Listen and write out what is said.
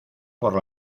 por